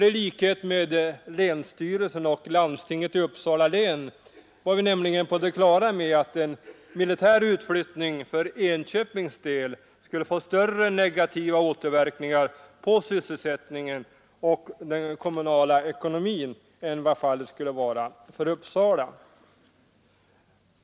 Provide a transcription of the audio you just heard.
I likhet med länsstyrelsen och landstinget i Uppsala län var vi nämligen på det klara med att en militär utflyttning för Enköpings del skulle få större negativa återverkningar på sysselsättningen och på den kommunala ekonomin än vad fallet skulle vara för Uppsala.